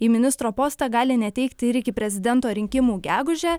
į ministro postą gali neteikti ir iki prezidento rinkimų gegužę